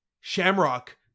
Shamrock